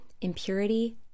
impurity